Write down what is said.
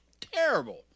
terrible